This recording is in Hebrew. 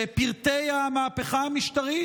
שפרטי המהפכה המשטרית,